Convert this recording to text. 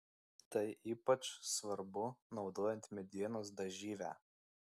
tai ypač svarbu naudojant medienos dažyvę